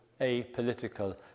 apolitical